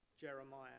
Jeremiah